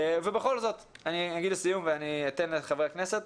ובכל זאת, אני אגיד לסיום ואני אתן לחברי הכנסת.